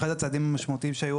אחד הצעדים המשמעותיים שהיו,